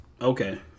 Okay